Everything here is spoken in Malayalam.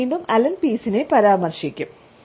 ഞാൻ വീണ്ടും അലൻ പീസിനെ പരാമർശിക്കും